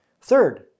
Third